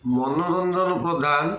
ମନୋରଞ୍ଜନ ପ୍ରଧାନ